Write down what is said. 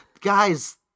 guys